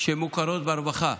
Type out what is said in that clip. שמוכרות ברווחה.